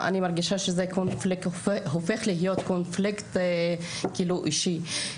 מרגישה שזה הופך להיות קונפליקט אישי.